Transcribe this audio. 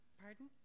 Pardon